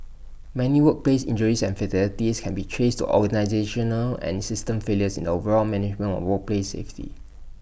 many workplace injuries and fatalities can be traced to organisational and system failures in the overall management of workplace safety